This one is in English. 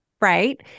Right